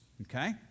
okay